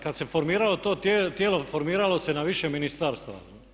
Kad se formiralo to tijelo, formiralo se na više ministarstava.